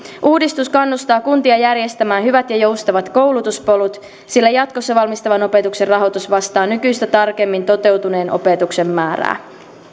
uudistus kannustaa kuntia järjestämään hyvät ja joustavat koulutuspolut sillä jatkossa valmistavan opetuksen rahoitus vastaa nykyistä tarkemmin toteutuneen opetuksen määrää